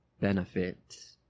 benefit